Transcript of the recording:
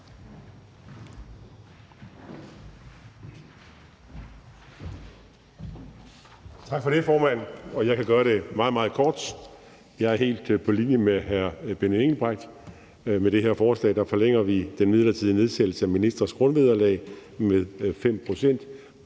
Tak for det, formand. Jeg kan gøre det meget, meget kort. Jeg er helt på linje med hr. Benny Engelbrecht. Med det her forslag forlænger vi den midlertidige nedsættelse af ministres grundvederlag med 5 pct.,